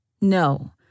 No